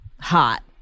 hot